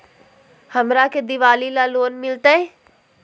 हमरा के दिवाली ला लोन मिलते?